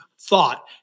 thought